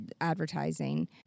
advertising